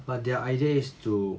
but their idea is to